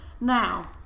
now